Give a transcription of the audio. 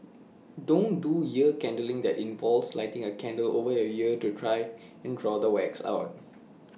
don't do ear candling that involves lighting A candle over your ear to try and draw the wax out